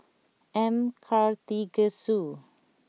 M Karthigesu